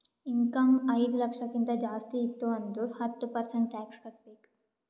income ಐಯ್ದ ಲಕ್ಷಕ್ಕಿಂತ ಜಾಸ್ತಿ ಇತ್ತು ಅಂದುರ್ ಹತ್ತ ಪರ್ಸೆಂಟ್ ಟ್ಯಾಕ್ಸ್ ಕಟ್ಟಬೇಕ್